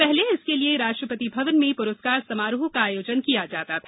पहले इसके लिए राष्ट्रपति भवन में पुरस्कार समारोह का आयोजन किया जाता था